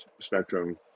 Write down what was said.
spectrum